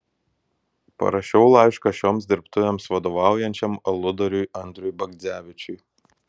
parašiau laišką šioms dirbtuvėms vadovaujančiam aludariui andriui bagdzevičiui